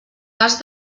cas